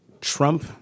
Trump